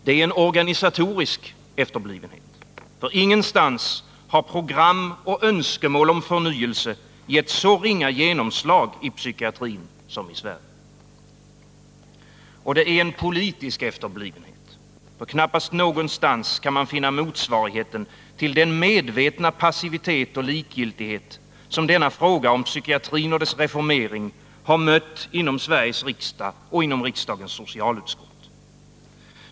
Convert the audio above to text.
Det är en organisatorisk efterblivenhet, för ingenstans har program och önskemål om förnyelse gett så ringa genomslag i psykiatrin som i Sverige. Och det är en politisk efterblivenhet, för knappast någonstans kan man finna motsvarigheten till den medvetna passivitet och likgiltighet som denna fråga om psykiatrin och dess reformering har mött inom Sveriges riksdag och inom riksdagens socialutskott.